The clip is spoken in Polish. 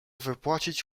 wypłacić